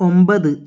ഒമ്പത്